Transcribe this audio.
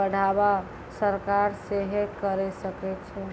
बढ़ावा सरकार सेहे करे सकै छै